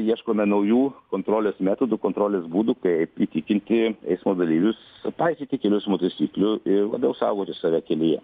ieškome naujų kontrolės metodų kontrolės būdų kaip įtikinti eismo dalyvius paisyti kelių eismo taisyklių ir labiau saugoti save kelyje